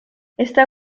está